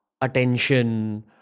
attention